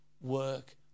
work